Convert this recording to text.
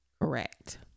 Correct